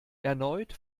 erneut